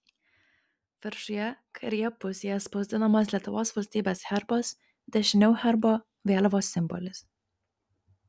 viršuje kairėje pusėje spausdinamas lietuvos valstybės herbas dešiniau herbo vėliavos simbolis